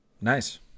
Nice